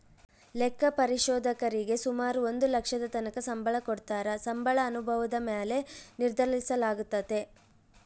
ಲೆಕ್ಕ ಪರಿಶೋಧಕರೀಗೆ ಸುಮಾರು ಒಂದು ಲಕ್ಷದತಕನ ಸಂಬಳ ಕೊಡತ್ತಾರ, ಸಂಬಳ ಅನುಭವುದ ಮ್ಯಾಲೆ ನಿರ್ಧರಿಸಲಾಗ್ತತೆ